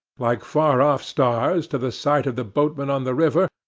like far-off stars, to the sight of the boatmen on the river,